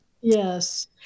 Yes